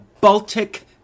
Baltic